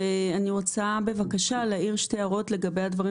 ואני רוצה להעיר שתי הערות לגבי הדברים